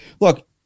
look